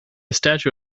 statue